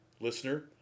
Listener